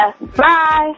Bye